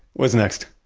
what's next?